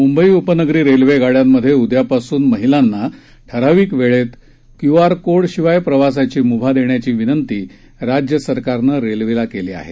मुंबई उपनगरी रेल्वे गाड्यांमधे उद्यापासून महिलांना ठरावीक वेळेत क्यू आर कोडशिवाय प्रवासाची मुभा देण्याची विनंती राज्य सरकारनं रेल्वेला केली आहे